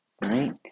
Right